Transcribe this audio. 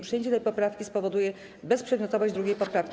Przyjęcie tej poprawki spowoduje bezprzedmiotowość 2. poprawki.